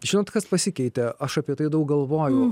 žinot kas pasikeitė aš apie tai daug galvojau